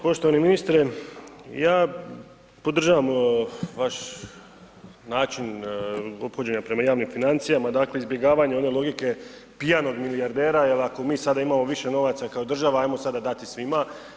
Poštovani ministre, ja podržavam vaš način ophođenja prema javnim financijama, dakle izbjegavanja one logike pijanog milijardera jel ako mi sada imamo više novaca kao država ajmo sada dati svima.